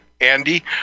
Andy